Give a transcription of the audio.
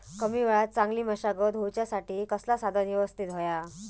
कमी वेळात चांगली मशागत होऊच्यासाठी कसला साधन यवस्तित होया?